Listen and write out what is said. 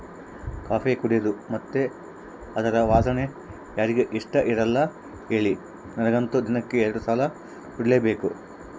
coffee ಕುಡೇದು ಮತ್ತೆ ಅದರ ವಾಸನೆ ಯಾರಿಗೆ ಇಷ್ಟಇರಲ್ಲ ಹೇಳಿ ನನಗಂತೂ ದಿನಕ್ಕ ಎರಡು ಸಲ ಕುಡಿಲೇಬೇಕು